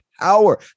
power